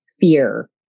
fear